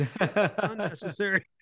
Unnecessary